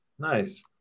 Nice